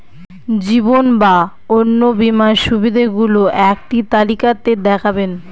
জীবন বা অন্ন বীমার সুবিধে গুলো একটি তালিকা তে দেখাবেন?